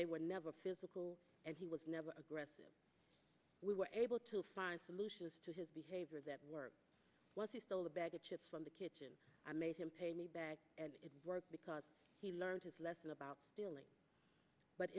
they were never physical and he was never aggressive we were able to find solutions to his behavior that were once he stole a bag of chips from the kitchen i made him pay me back and it worked because he learned his lesson about dealing but